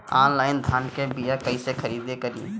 Online धान के बीया कइसे खरीद करी?